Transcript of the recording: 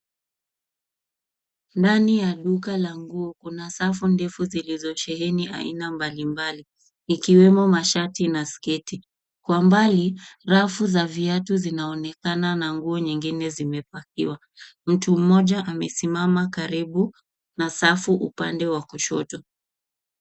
Ndani ya duka la nguo, kuna safu ndefu zilizosheheni aina mbali mbali, ikiwemo mashati na sketi. Kwa mbali, rafu za viatu zinaonekana na nguo nyengine zimepakiwa. Mtu mmoja amesimama karibu na safu upande wa kushoto.